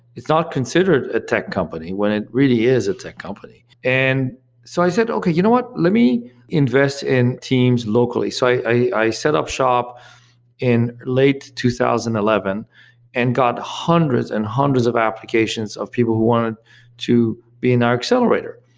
it's not considered a tech company when it really is a tech company and so i said, okay. you know what? let me invest in teams locally. so i i set up shop in late two thousand and eleven and got hundreds and hundreds of applications of people who wanted to be in our accelerator.